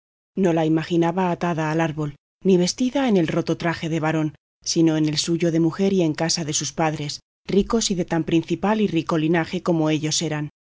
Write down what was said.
no la imaginaba atada al árbol ni vestida en el roto traje de varón sino en el suyo de mujer y en casa de sus padres ricos y de tan principal y rico linaje como ellos eran